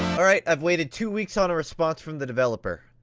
all right, i've waited two weeks on a response from the developer.